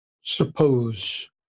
suppose